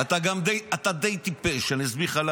שירד מהדוכן.